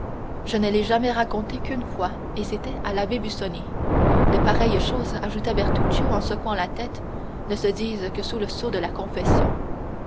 je ne l'ai jamais raconté qu'une fois et c'était à l'abbé busoni de pareilles choses ajouta bertuccio en secouant la tête ne se disent que sous le sceau de la confession